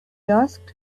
asked